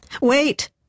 Wait